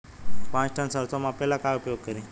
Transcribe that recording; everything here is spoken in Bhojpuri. पाँच टन सरसो मापे ला का उपयोग करी?